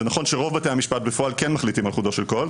זה נכון שרוב בתי המשפט בפועל כן מחליטים על חודו של קול.